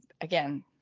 again